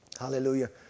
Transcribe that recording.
Hallelujah